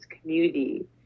community